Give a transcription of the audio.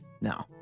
no